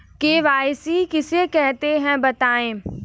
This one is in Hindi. के.वाई.सी किसे कहते हैं बताएँ?